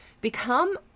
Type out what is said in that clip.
become